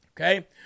Okay